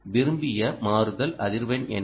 விரும்பிய மாறுதல் அதிர்வெண் என்ன